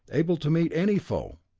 able to meet any foe!